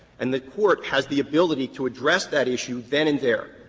and the court has the ability to address that issue then and there.